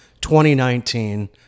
2019